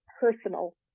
personal